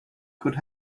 could